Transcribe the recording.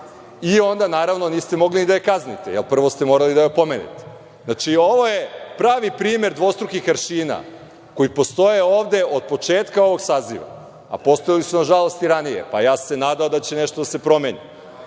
i onda naravno niste mogli da je kaznite. Prvo ste morali da je opomenete. Znači, ovo je pravi primer dvostrukih aršina koji postoje ovde od početka ovog saziva, a postojali su nažalost i ranije. Ja sam se nadao da će nešto da se promeni.